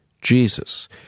Jesus